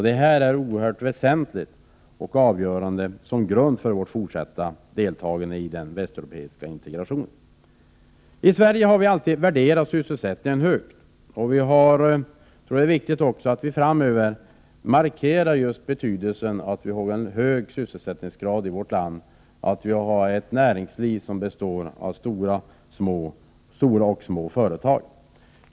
Detta är oerhört väsentligt och avgörande som grund för vårt fortsatta deltagande i den västeuropeiska integrationen. I Sverige har vi alltid värderat sysselsättningen högt. Det är också viktigt att vi framöver markerar just betydelsen av att vi i vårt land har en hög sysselsättningsgrad och att vi har ett näringsliv som består av stora och små företag.